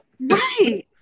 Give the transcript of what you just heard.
right